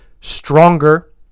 stronger